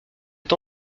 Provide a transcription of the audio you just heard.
est